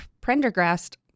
Prendergast